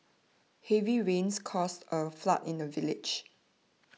heavy rains caused a flood in the village